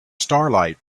starlight